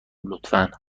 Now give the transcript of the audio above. لطفا